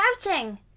Shouting